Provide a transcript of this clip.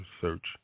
search